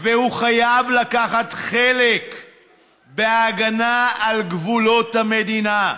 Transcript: והוא חייב לקחת חלק בהגנה על גבולות המדינה,